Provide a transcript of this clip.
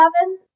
seven